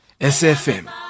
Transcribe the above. SFM